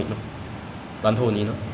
二十三人有五个女孩子